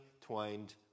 twined